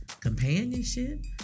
companionship